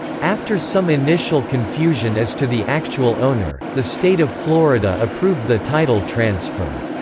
after some initial confusion as to the actual owner, the state of florida approved the title transfer.